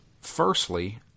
Firstly